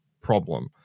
problem